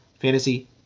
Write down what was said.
fantasy